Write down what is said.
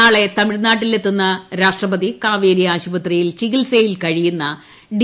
നാളെ തമിഴ്നാട്ടിലെത്തുന്ന രാഷ്ട്രപതി കാവേരി ആശ്ചുപത്രിയിൽ ചികിൽസയിൽ കഴിയുന്ന ഡി